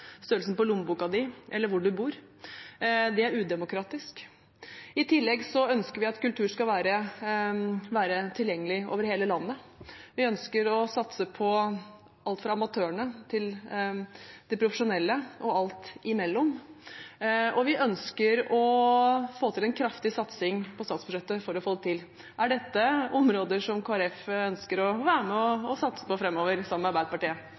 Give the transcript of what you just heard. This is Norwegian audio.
størrelsen på lommeboka, eller hvor man bor. Det er udemokratisk. I tillegg ønsker vi at kultur skal være tilgjengelig over hele landet. Vi ønsker å satse på alt fra amatørene til de profesjonelle, og vi ønsker å få til en kraftig satsing på statsbudsjettet for å få det til. Er dette områder som Kristelig Folkeparti ønsker å være med og satse på framover sammen med Arbeiderpartiet?